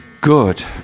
good